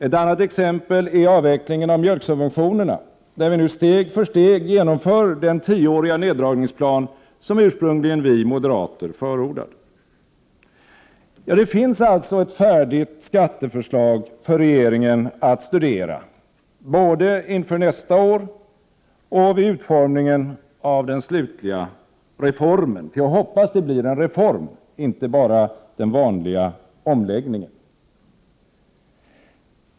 Ett annat exempel är avvecklingen av mjölksubventionerna, där vi steg för steg genomför den tioåriga neddragningsplan som ursprungligen vi moderater förordade. Det finns alltså ett färdigt skatteförslag för regeringen att studera både inför nästa år och vid utformningen av den slutliga reformen. Jag hoppas att det blir en reform, inte bara den vanliga omläggningen.